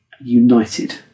united